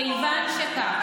כיוון שכך,